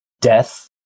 death